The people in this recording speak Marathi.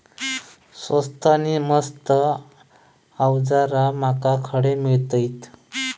स्वस्त नी मस्त अवजारा माका खडे मिळतीत?